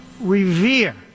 revere